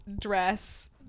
dress